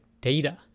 data